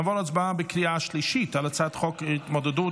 נעבור להצבעה בקריאה השלישית על הצעת חוק התמודדות